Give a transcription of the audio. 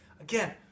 Again